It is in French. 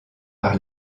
par